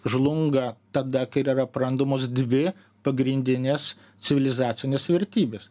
žlunga tada kai yra prarandamos dvi pagrindinės civilizacinės vertybės